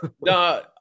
No